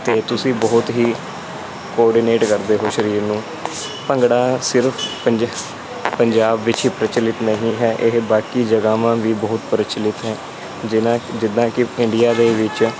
ਅਤੇ ਤੁਸੀਂ ਬਹੁਤ ਹੀ ਕੋਡੀਨੇਟ ਕਰਦੇ ਹੋ ਸਰੀਰ ਨੂੰ ਭੰਗੜਾ ਸਿਰਫ਼ ਪੰਜਹ ਪੰਜਾਬ ਵਿੱਚ ਹੀ ਪ੍ਰਚਲਿਤ ਨਹੀਂ ਹੈ ਇਹ ਬਾਕੀ ਜਗ੍ਹਾਵਾਂ ਵੀ ਬਹੁਤ ਪ੍ਰਚਲਿਤ ਹੈ ਜਿਨ੍ਹਾਂ ਜਿੱਦਾਂ ਕਿ ਇੰਡੀਆ ਦੇ ਵਿੱਚ